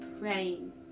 praying